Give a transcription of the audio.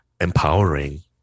empowering